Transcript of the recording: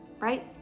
right